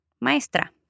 Maestra